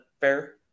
fair